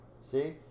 see